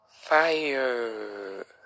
fire